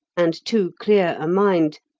and too clear a mind,